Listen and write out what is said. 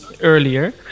earlier